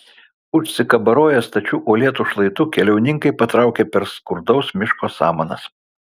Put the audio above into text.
užsikabaroję stačiu uolėtu šlaitu keliauninkai patraukė per skurdaus miško samanas